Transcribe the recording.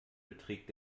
beträgt